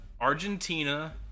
Argentina